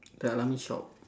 the al ameen shop